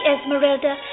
Esmeralda